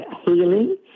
healing